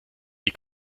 die